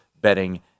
Betting